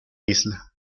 isla